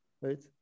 right